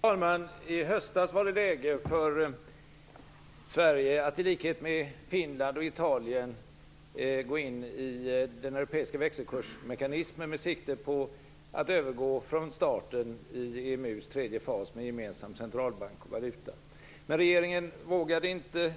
Fru talman! I höstas var det läge för Sverige att, i likhet med Finland och Italien, gå in i den europeiska växelkursmekanismen med sikte på att övergå från starten i EMU:s tredje fas med gemensam centralbank och valuta. Men regeringen vågade inte.